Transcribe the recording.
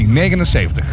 1979